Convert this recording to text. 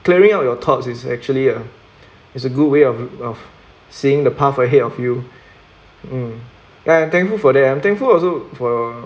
clearing out your thoughts is actually a is a good way of of seeing the path ahead of you mm I'm thankful for that I'm thankful also for